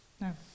No